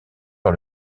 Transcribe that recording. par